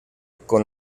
con